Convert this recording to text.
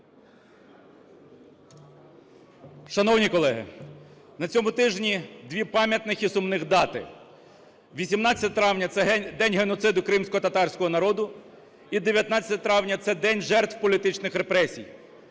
Шановні колеги, на цьому тижні дві пам'ятних і сумних дати. 18 травня – це День геноциду кримськотатарського народу і 19 травня – це День жертв політичних репресій.